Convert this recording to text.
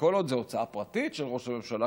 וכל עוד זו הוצאה פרטית של ראש הממשלה,